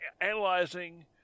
analyzing